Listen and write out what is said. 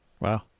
Wow